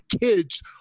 kids